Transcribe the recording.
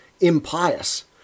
impious